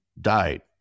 died